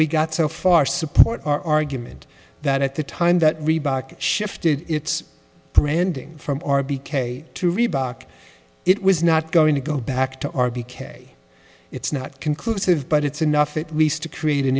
we got so far support our argument that at the time that reebok shifted its branding from our b k to reebok it was not going to go back to our b k it's not conclusive but it's enough it nice to create an